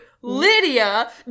Lydia